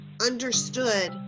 understood